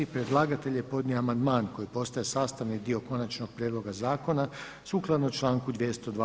Predlagatelj je podnio amandman koji postaje sastavni dio konačnog prijedloga zakona, sukladno članku 202.